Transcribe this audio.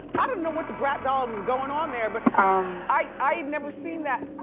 i don't know what the bratz dolls is going on there, but i'd never seen that.